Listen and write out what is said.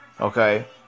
Okay